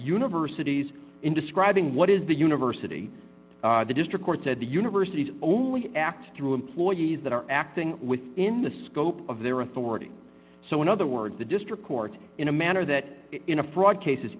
universities in describing what is the university the district court said the university only act through employees that are acting within the scope of their authority so in other words the district court in a manner that in a fraud case